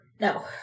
No